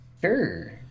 sure